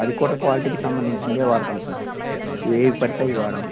అది కూడా క్వాలిటీకి సంబంధించిందే వాడాతం సార్ ఏవి పడితే అవి వాడం